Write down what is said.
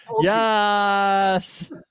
Yes